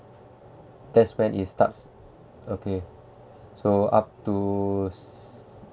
that's when it starts okay so up to